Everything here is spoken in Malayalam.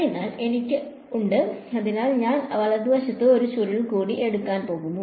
അതിനാൽ എനിക്ക് ഉണ്ട് അതിനാൽ ഞാൻ വലതുവശത്ത് ഒരു ചുരുളൻ കൂടി എടുക്കാൻ പോകുന്നു